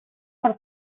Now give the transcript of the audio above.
per